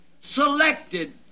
selected